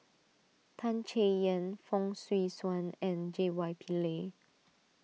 Tan Chay Yan Fong Swee Suan and J Y Pillay